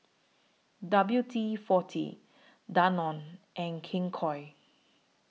W D forty Danone and King Koil